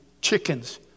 chickens